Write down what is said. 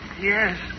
Yes